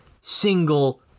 single